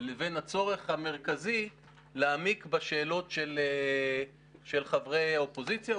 לבין הצורך המרכזי להעמיק בשאלות של חברי האופוזיציה,